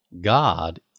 God